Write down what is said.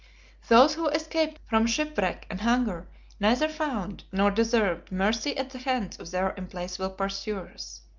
those who escaped from shipwreck and hunger neither found, nor deserved, mercy at the hands of their implacable pursuers.